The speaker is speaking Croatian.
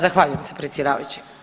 Zahvaljujem se predsjedavajući.